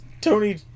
Tony